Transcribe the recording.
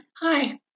Hi